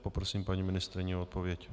Poprosím paní ministryni o odpověď.